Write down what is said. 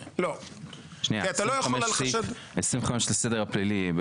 אתה לא יכול על חשד --- 25 לסדר הפלילי,